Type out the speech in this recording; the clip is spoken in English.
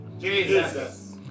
Jesus